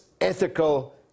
ethical